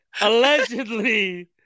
allegedly